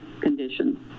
conditions